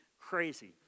crazy